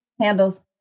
handles